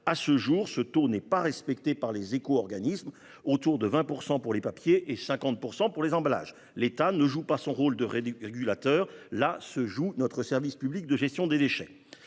À ce jour, ce taux n'est pas respecté par les éco-organismes : il est d'environ 20 % pour les papiers et de 50 % pour les emballages. L'État ne joue pas son rôle de régulateur. Là se joue notre service public de gestion des déchets.